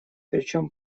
причём